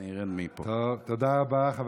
תודה רבה, חבר הכנסת נאור שירי.